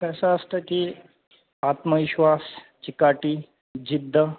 कसं असतं की आत्मविश्वास चिकाटी जिद्द